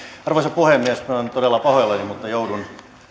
arvoisa puhemies minä olen todella pahoillani mutta joudun